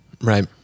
right